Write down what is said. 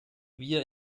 wir